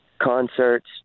concerts